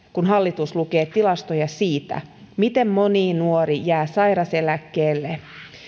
kun hallitus lukee tilastoja siitä miten moni nuori jää sairauseläkkeelle